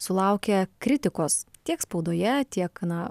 sulaukia kritikos tiek spaudoje tiek na